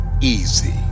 easy